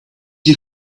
you